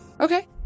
okay